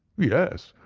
yes,